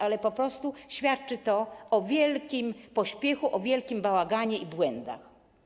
Ale po prostu świadczy to o wielkim pośpiechu, o wielkim bałaganie i błędach.